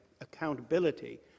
accountability